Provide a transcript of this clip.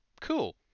cool